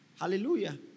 Hallelujah